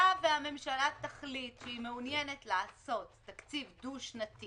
היה והממשלה תחליט שהיא מעוניינת לעשות תקציב דו-שנתי